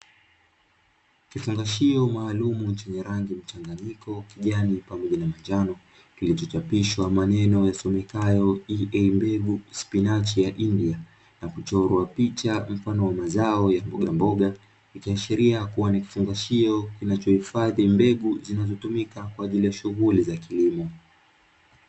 Kifungashio maalumu na chenye rangi mchanganyiko kijani pamoja na manjano, kilichochapishwa maneno yasomekayo ''EA mbegu spinachi ya India'', na kuchorwa picha mfano wa mazao ya mbogamboga, ikiashiria kuwa ni kifungashio kinachohifadhi mbegu zinazotumika kwa ajili ya shughuli za kilimo.